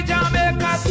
Jamaica